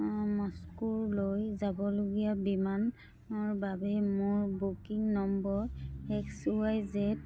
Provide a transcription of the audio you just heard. মস্কোলৈ যাবলগীয়া বিমানৰ বাবে মোৰ বুকিং নম্বৰ এক্স ৱাই জেদ